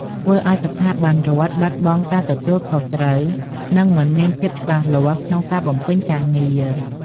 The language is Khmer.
ធ្វើឱ្យស្ថាប័នរដ្ឋបាត់បង់ការទទួលខុសត្រូវ និងមិនមានភាពច្បាស់លាស់ក្នុងការបំពេញការងារ។